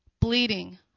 bleeding